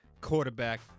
quarterback